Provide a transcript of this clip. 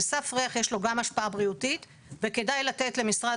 לסף ריח יש לו גם השפעה בריאותית וכדאי לתת למשרד